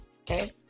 okay